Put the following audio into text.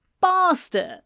Bastard